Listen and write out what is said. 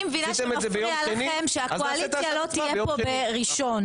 אני מבינה שמפריע לכם שהקואליציה לא תהיה פה ביום ראשון.